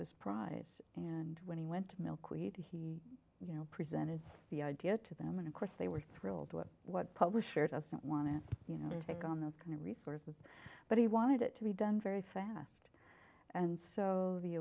this prize and when he went to milkweed he you know presented the idea to them and of course they were thrilled with what publisher doesn't want to you know to take on those kind of resources but he wanted it to be done very fast and so the